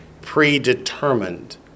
predetermined